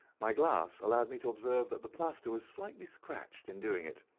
my glass allowed me to observe that the plaster was slightly scratched in doing it,